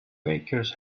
bakers